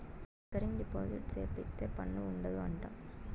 recurring deposit సేపిత్తే పన్ను ఉండదు అంట